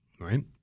right